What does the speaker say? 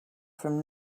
from